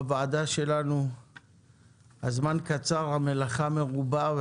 בוועדה שלנו הזמן קצר והמלאכה מרובה,